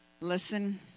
listen